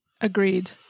agreed